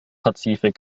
pazifik